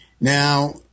Now